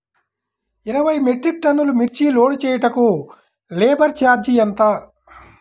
ఇరవై మెట్రిక్ టన్నులు మిర్చి లోడ్ చేయుటకు లేబర్ ఛార్జ్ ఎంత?